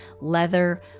leather